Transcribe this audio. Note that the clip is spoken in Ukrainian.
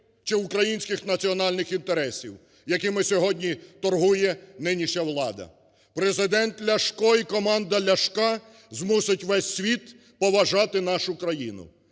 чи українських національних інтересів, якими сьогодні торгує нинішня влада. Президент Ляшко і команда Ляшка змусить весь світ поважати нашу країну!